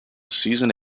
season